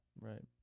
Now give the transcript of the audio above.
Right